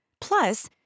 Plus